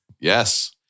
Yes